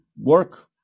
work